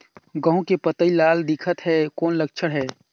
गहूं के पतई लाल दिखत हे कौन लक्षण हे?